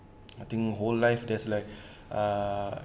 I think whole life there's like uh